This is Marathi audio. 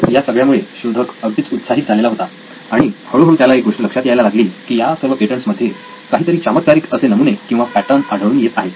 तर या सगळ्यामुळे शोधक अगदीच उत्साहित झालेला होता आणि हळूहळू त्याला एक गोष्ट लक्षात यायला लागली की या सर्व पेटंट्स मध्ये काहीतरी चमत्कारिक असे नमुने किंवा पॅटर्न आढळून येत आहेत